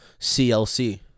clc